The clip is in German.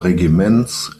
regiments